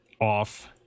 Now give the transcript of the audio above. off